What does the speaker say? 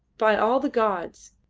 by all the gods!